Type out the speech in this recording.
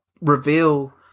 reveal